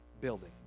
building